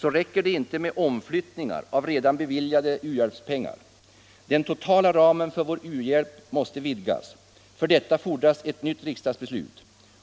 räcker det inte med omflyttningar av redan beviljade u-hjälpspengar. Den totala ramen för vår u-hjälp måste vidgas. För detta fordras ett nytt riksdagsbeslut.